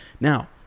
Now